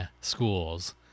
schools